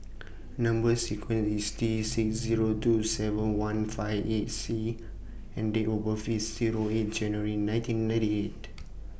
Number sequence IS T six Zero two seven one five eight C and Date of birth IS Zero eight January nineteen ninety eight